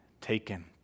taken